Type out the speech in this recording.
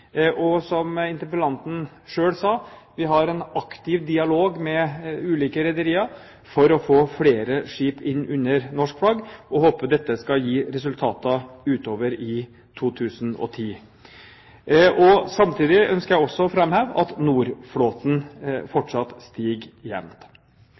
Som interpellanten selv sa, har vi en aktiv dialog med ulike rederier for å få flere skip inn under norsk flagg og håper dette skal gi resultater utover i 2010. Samtidig ønsker jeg også å fremheve at